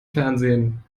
fernsehen